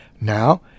Now